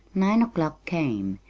nine o'clock came,